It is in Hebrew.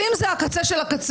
אם זה הקצה של הקצה,